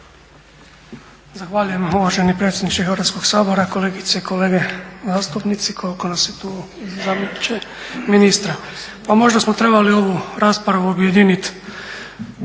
Zahvaljujem uvaženi predsjedniče Hrvatskog sabora, kolegice i kolege zastupnici koliko nas je tu i zamjeniče ministra. Pa možda smo trebali ovu raspravu objedinit,